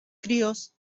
críos